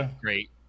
great